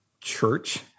church